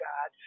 God